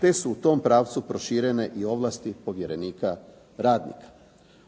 te su u tom pravcu proširene i ovlasti povjerenika radnika.